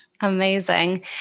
Amazing